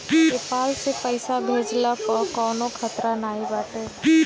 PayPal से पईसा भेजला पअ कवनो खतरा नाइ बाटे